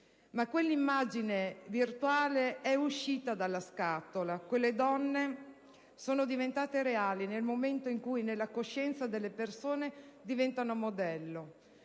Ma quell'immagine virtuale è uscita della scatola; quelle donne sono diventate reali nel momento in cui nella coscienza delle persone diventano modello.